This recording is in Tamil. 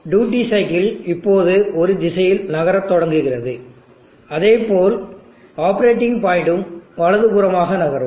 டியூட்டி சைக்கிள் இப்போது ஒரு திசையில் நகரத் தொடங்குகிறது அதேபோல் ஆப்பரேட்டிங் பாயிண்ட்டும் வலதுபுறமாக நகரும்